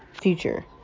future